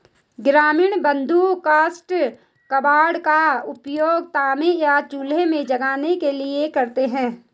ग्रामीण बंधु काष्ठ कबाड़ का उपयोग तापने एवं चूल्हे में जलाने के लिए करते हैं